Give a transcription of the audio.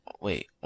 Wait